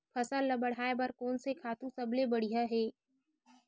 फसल ला बढ़ाए बर कोन से खातु सबले बढ़िया हे?